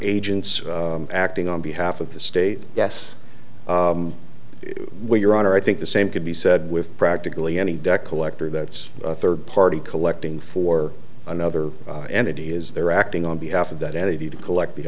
agents acting on behalf of the state yes well your honor i think the same could be said with practically any debt collector that's a third party collecting for another entity is they're acting on behalf of that entity to collect the